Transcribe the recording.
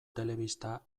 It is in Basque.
telebista